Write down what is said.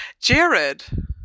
Jared